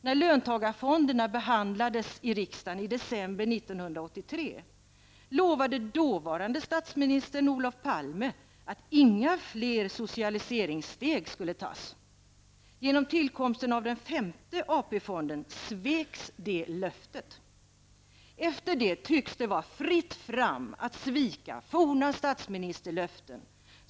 När löntagarfonderna behandlades i riksdagen i december 1983 lovade dåvarande statsministern Olof Palme att inga fler socialiseringssteg skulle tas. Genom tillkomsten av den femte AP-fonden sveks det löftet. Efter det tycks det vara fritt fram att svika forna statsministerlöften.